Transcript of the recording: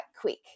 quick